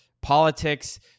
politics